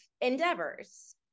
endeavors